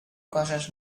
coses